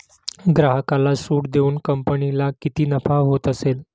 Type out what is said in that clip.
ग्राहकाला सूट देऊन कंपनीला किती नफा होत असेल